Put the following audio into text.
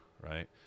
right